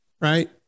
right